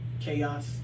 chaos